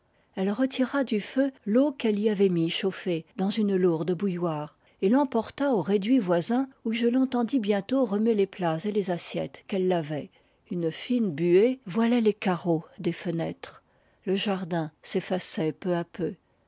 elle retira du feu l'eau qu'elle y avait mis chauffer dans une lourde bouilloire et l'emporta au réduit voisin où je l'entendis bientôt remuer les plats et les assiettes qu'elle lavait une fine buée voilait les carreaux des fenêtres le jardin s'effaçait peu à peu